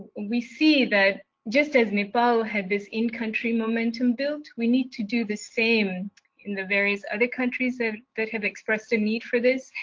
we see that just as nepal had this in-country momentum built, we need to do the same in the various other countries ah that have expressed a need for this,